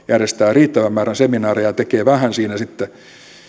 järjestää riittävän määrän seminaareja ja tekee vähän siinä sitten